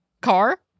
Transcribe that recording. car